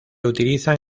utilizan